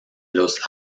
los